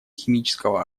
химического